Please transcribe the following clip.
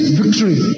victory